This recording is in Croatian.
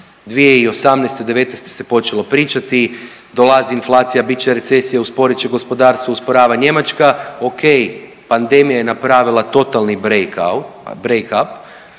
2018., devetnaeste se počelo pričati dolazi inflacija, bit će recesija, usporit će gospodarstvo, usporava Njemačka. O.k. Pandemija je napravila totalni brake up,